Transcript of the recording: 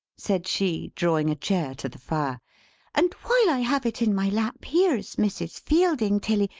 said she, drawing a chair to the fire and while i have it in my lap, here's mrs. fielding, tilly,